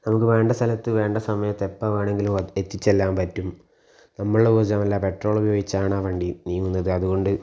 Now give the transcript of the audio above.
നമുക്ക് വേണ്ട സ്ഥലത്ത് വേണ്ട സമയത്ത് എപ്പോൾ വേണമെങ്കിലും എത്തിച്ചെല്ലാൻ പറ്റും നമ്മളെ ഊർജമല്ല പെട്രോൾ ഉപയോഗിച്ചാണ് ആ വണ്ടി നീങ്ങുന്നത് അതുകൊണ്ട്